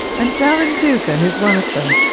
and darren dougan is one of them.